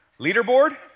leaderboard